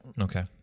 okay